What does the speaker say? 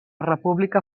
república